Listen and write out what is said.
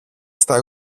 στα